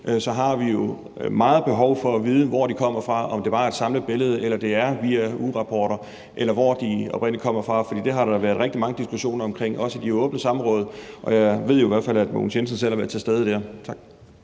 på, har vi jo meget et behov for at vide, hvor de kommer fra, altså om det bare er et samlet billede, eller om det er via ugerapporter, og hvor de oprindelig kommer fra. For det har der været rigtig mange diskussioner omkring, også i de åbne samråd, og jeg ved i hvert fald, at Mogens Jensen selv har været til stede der. Tak.